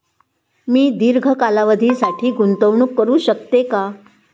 मी दीर्घ कालावधीसाठी गुंतवणूक करू शकते का?